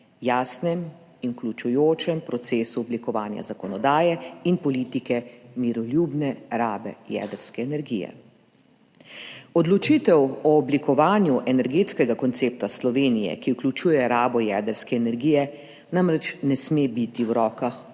jasnem in vključujočem procesu oblikovanja zakonodaje in politike miroljubne rabe jedrske energije. Odločitev o oblikovanju energetskega koncepta Slovenije, ki vključuje rabo jedrske energije, namreč ne sme biti v rokah